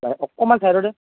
অকণমান চাইড হৈ দে